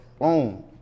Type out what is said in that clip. boom